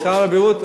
שר הבריאות,